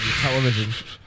Television